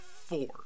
four